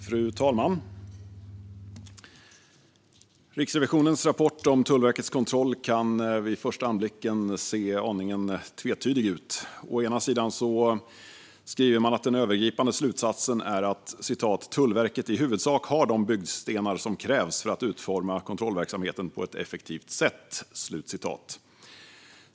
Fru talman! Riksrevisionens rapport om Tullverkets kontroll kan vid första anblicken verka aningen tvetydig. Man skriver att den övergripande slutsatsen är att Tullverket i huvudsak har de byggstenar som krävs för att utforma kontrollverksamheten på ett effektivt sätt.